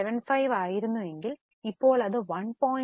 75 ആയിരുന്നെങ്കിൽ ഇപ്പോൾ അത് 1